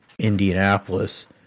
Indianapolis